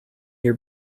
your